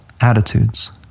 attitudes